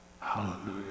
Hallelujah